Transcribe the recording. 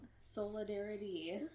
Solidarity